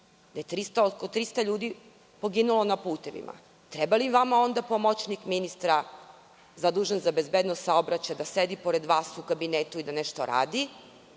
da je oko 300 ljudi poginulo na putevima. Treba li vama onda pomoćnik ministra zadužen za bezbednost saobraćaja, da sedi pored vas u kabinetu i da nešto radi,